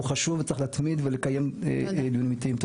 הוא חשוב וצריך להתמיד ולקיים דיונים עיתיים.